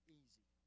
easy